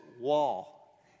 wall